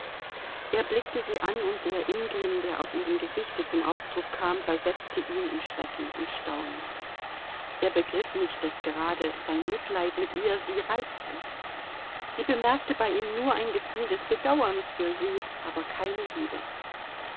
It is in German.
er blickte sie an und der ingrimm der auf ihrem gesichte zum ausdruck kam versetzte ihn in schrecken und staunen er begriff nicht daß gerade sein mitleid mit ihr sie reizte sie bemerkte bei ihm nur ein gefühl des bedauerns für sie aber keine liebe